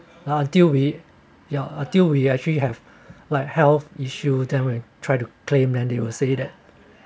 ah until we ya until we actually have like health issue then we try to claim then they will say that